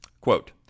Quote